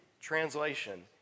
translation